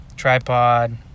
tripod